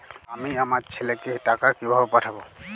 আমি আমার ছেলেকে টাকা কিভাবে পাঠাব?